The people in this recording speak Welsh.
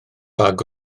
bag